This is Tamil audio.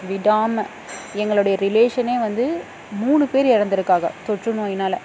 விடாமல் எங்களோடைய ரிலேஷனே வந்து மூணு பேர் இறந்துருக்காங்க தொற்று நோயினால்